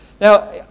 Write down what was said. Now